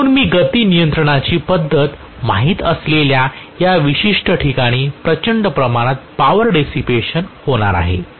म्हणून मी गती नियंत्रणाची पद्धत माहित असलेल्या या विशिष्ट ठिकाणी प्रचंड प्रमाणात पॉवर डीसीपेशन होणार आहे